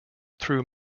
through